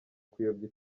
kuyobya